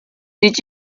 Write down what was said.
did